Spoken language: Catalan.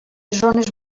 zones